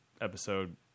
episode